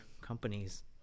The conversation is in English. companies